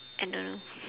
I don't know